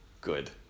good